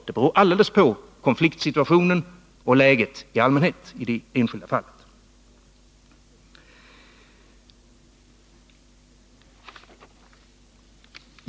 Det beror helt på konfliktsituationen och läget i allmänhet i det enskilda fallet.